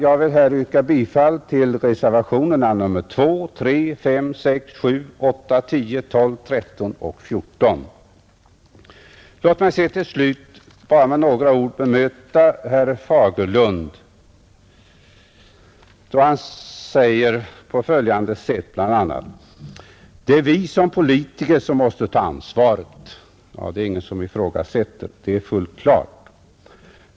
Jag vill yrka bifall till reservationerna 2, 3, 5, 6, 7, 8, 10, 12, 13 och 14. Låt mig så till slut med några ord bemöta herr Fagerlund då han bl.a. säger att ”det är vi som politiker som måste ta ansvaret”. Det är ingen som ifrågasätter detta. Det är fullt klart.